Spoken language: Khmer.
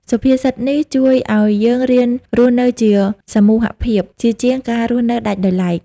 សុភាសិតនេះជួយឱ្យយើងរៀនរស់នៅជាសមូហភាព ជាជាងការរស់នៅដាច់ដោយឡែក។